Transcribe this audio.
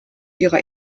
ihrer